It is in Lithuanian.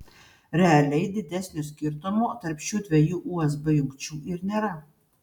realiai didesnio skirtumo tarp šių dviejų usb jungčių ir nėra